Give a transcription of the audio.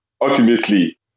ultimately